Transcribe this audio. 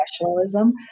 professionalism